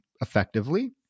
effectively